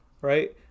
right